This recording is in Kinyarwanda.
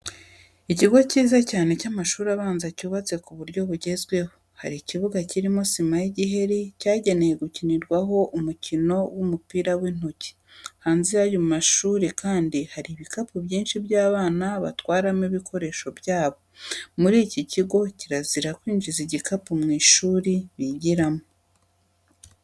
Ikigo kiza cyane cy'amashuri abanza cyubatse ku buryo bugezweho, hari ikibuga kirimo sima y'igiheri cyagenewe gukinirwaho umukino w'umupira w'intoki. Hanze y'ayo mashuri kandi hari ibikapu byinshi by'abana batwaramo ibikoresho byabo. Muri iki kigo kirazira kwinjiza igikapu mu ishuri bigiramo.